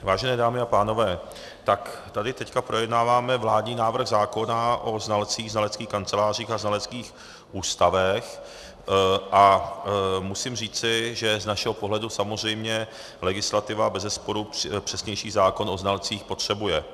Vážené dámy a pánové, tady teď projednáváme vládní návrh zákona o znalcích, znaleckých kancelářích a znaleckých ústavech a musím říci, že z našeho pohledu samozřejmě legislativa bezesporu přesnější zákon o znalcích potřebuje.